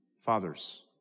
Fathers